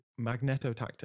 magnetotactic